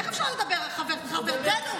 איך אפשר לדבר ככה, חברתנו?